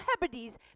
Hebrides